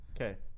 Okay